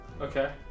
Okay